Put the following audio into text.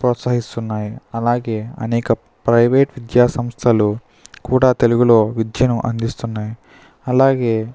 ప్రోత్సహిస్తున్నాయి అలాగే అనేక ప్రైవేట్ విద్యాసంస్థలు కూడా తెలుగులో విద్యను అందిస్తున్నాయి అలాగే